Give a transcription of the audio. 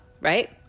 right